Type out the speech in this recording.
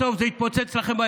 בסוף זה יתפוצץ לכם,